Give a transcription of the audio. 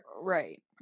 Right